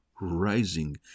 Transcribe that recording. Rising